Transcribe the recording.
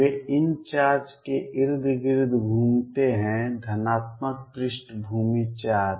वे इन चार्ज के इर्द गिर्द घूमते हैं धनात्मक पृष्ठभूमि चार्ज